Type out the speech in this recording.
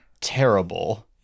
terrible